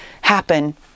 happen